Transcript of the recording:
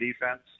defense